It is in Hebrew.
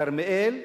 כרמיאל,